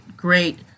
great